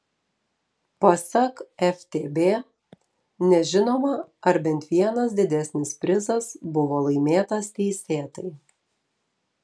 pasak ftb nežinoma ar bent vienas didesnis prizas buvo laimėtas teisėtai